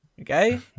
Okay